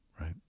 right